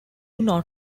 not